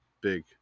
Big